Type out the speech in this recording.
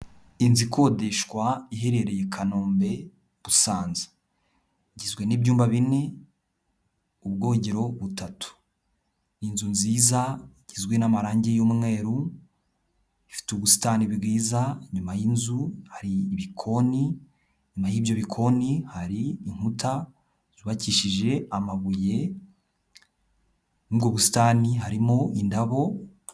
Inzu ikodeshwa iherereye i Kanombe, Busanza, igizwe n'ibyumba bine, ubwogero butatu. Ni inzu nziza igizwe n'amarange y'umweru, ifite ubusitani bwiza inyuma y'inzu hari ibikoni, inyuma y'ibyo bikoni hari inkuta zubakishije amabuye, muri bwo busitani harimo indabo...